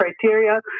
criteria